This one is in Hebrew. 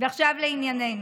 ועכשיו לענייננו.